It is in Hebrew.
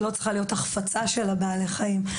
לא צריכה להיות החפצה של בעלי החיים.